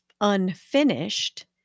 unfinished